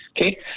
Okay